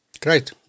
Great